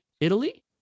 Italy